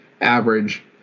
average